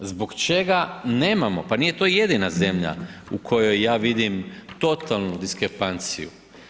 Zbog čega nemamo, pa nije to jedina zemlja u kojoj ja vidim totalnu diskrepanciju.